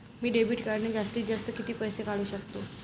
मी debit कार्डने जास्तीत जास्त किती पैसे काढू शकतो?